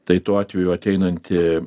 tai tuo atveju ateinanti